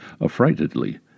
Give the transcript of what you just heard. affrightedly